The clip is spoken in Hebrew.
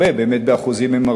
באמת באחוזים הם הרבה,